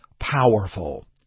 powerful